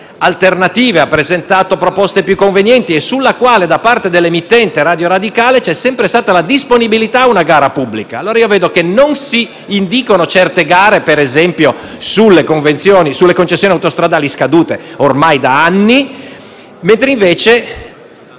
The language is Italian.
alternative o più convenienti, quando da parte dell'emittente Radio Radicale c'è sempre stata la disponibilità a una gara pubblica. Vedo che non si indicono certe gare, per esempio, sulle concessioni autostradali, scadute ormai da anni, mentre si